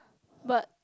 but